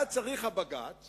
בג"ץ